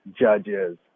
judges